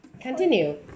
Continue